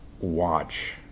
watch